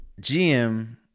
GM